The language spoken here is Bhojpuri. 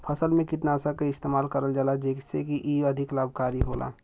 फसल में कीटनाशक के इस्तेमाल करल जाला जेसे की इ अधिक लाभकारी होला